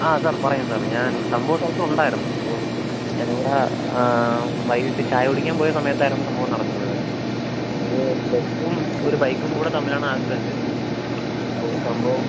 ആ സാർ പറയൂ സാർ ഞാൻ സംഭവസ്ഥലത്ത് ഉണ്ടായിരുന്നു അപ്പോൾ ഞാൻ അവിടെ വൈകീട്ട് ചായ കുടിക്കാൻ പോയ സമയത്തായിരുന്നു സംഭവം നടന്നിരുന്നത് ഒരു ബസ്സും ഒരു ബൈക്കും കൂടെ തമ്മിലാണ് ആക്സിഡൻറ്റ് ഓ സംഭവം